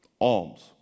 alms